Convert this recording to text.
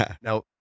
Now